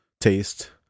taste